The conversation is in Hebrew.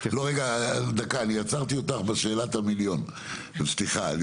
רגע, עצרתי אוֹתָךְ בשאלת המיליון, סליחה.